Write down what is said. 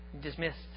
Dismissed